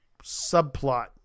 subplot